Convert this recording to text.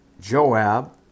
Joab